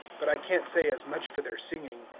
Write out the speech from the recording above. but i can't say as much for their singing.